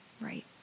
Right